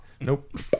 Nope